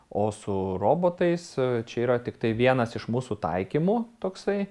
o su robotais čia yra tiktai vienas iš mūsų taikymų toksai